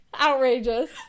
Outrageous